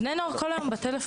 בני נוער כל היום בטלפון.